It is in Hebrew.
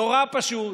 נורא פשוט,